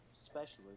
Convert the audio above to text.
specialist